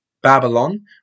Babylon